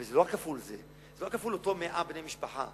וזה לא רק כפול אותם 100 בני משפחה,